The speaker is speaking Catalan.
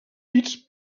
pits